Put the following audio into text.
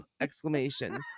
exclamation